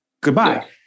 goodbye